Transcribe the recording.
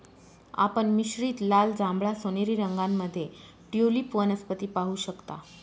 आपण मिश्रित लाल, जांभळा, सोनेरी रंगांमध्ये ट्यूलिप वनस्पती पाहू शकता